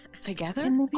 together